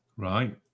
Right